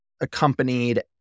accompanied